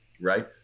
right